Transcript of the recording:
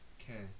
Okay